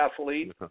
athlete